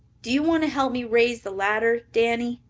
do you want to help me raise the ladder, danny?